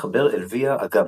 ומתחבר אל ויה אגנטיה.